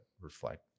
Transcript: reflect